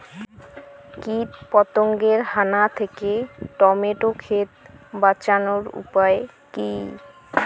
কীটপতঙ্গের হানা থেকে টমেটো ক্ষেত বাঁচানোর উপায় কি?